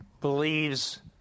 believes